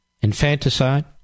Infanticide